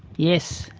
yes,